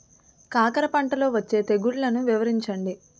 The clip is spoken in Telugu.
కాకర పంటలో వచ్చే తెగుళ్లను వివరించండి?